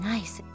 Nice